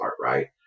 right